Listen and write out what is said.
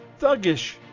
thuggish